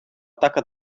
taka